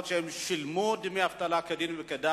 אף-על-פי שהם שילמו דמי ביטוח אבטלה כדין וכדת.